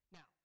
Now